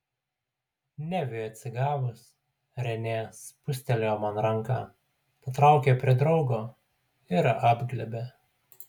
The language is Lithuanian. neviui atsigavus renė spustelėjo man ranką patraukė prie draugo ir apglėbė